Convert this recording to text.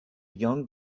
young